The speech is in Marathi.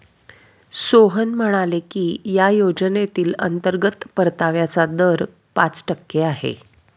सोहन म्हणाले की या योजनेतील अंतर्गत परताव्याचा दर पाच टक्के आहे